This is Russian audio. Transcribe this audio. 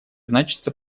значится